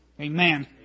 Amen